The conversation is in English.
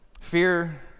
Fear